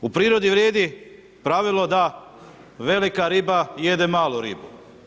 U prirodi vrijedi pravilo da velika riba jede malu ribu.